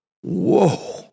Whoa